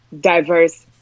diverse